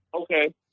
Okay